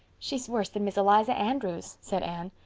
she's worse than miss eliza andrews, said anne.